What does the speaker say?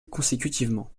consécutivement